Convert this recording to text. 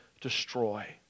destroy